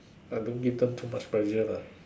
I don't give them too much pressure lah